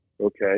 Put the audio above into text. Okay